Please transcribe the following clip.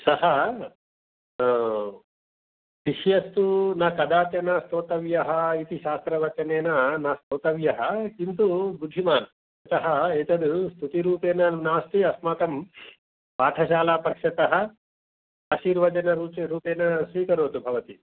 सः विषयस्तु न कदाचन स्तोतव्यः इति शास्त्रवचनेन न स्तोतव्यः किन्तु बुद्धिमान् सः एतत् स्तुतिरूपेण नास्ति अस्माकं पाठशालापक्षतः आर्शीवचन रूपेण स्वीकरोतु भवती